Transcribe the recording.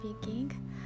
Speaking